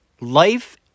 life